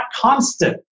constant